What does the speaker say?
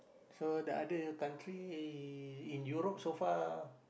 so the other country in Europe so far